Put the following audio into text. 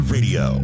Radio